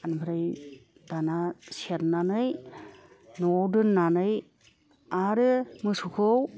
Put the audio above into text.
ओमफ्राय दाना सेरनानै न'आव दोननानै आरो मोसौखौ